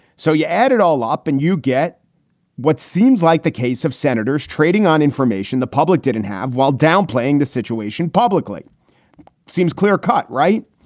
so you add it all up and you get what seems like the case of senators trading on information the public didn't have while downplaying the situation publicly seems clear cut, right?